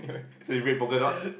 so it's red polka dots